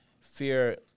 fear